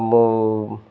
ମୁଁ